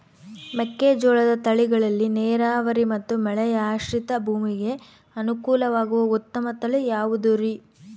ಮೆಕ್ಕೆಜೋಳದ ತಳಿಗಳಲ್ಲಿ ನೇರಾವರಿ ಮತ್ತು ಮಳೆಯಾಶ್ರಿತ ಭೂಮಿಗೆ ಅನುಕೂಲವಾಗುವ ಉತ್ತಮ ತಳಿ ಯಾವುದುರಿ?